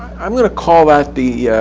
i'm going to call that the